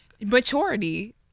maturity